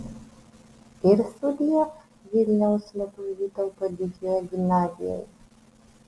ir sudiev vilniaus lietuvių vytauto didžiojo gimnazijai